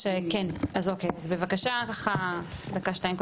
אז בבקשה דקה שתיים.